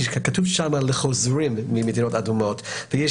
כי כתוב שם לחוזרים ממדינות אדומות ויש